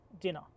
dinner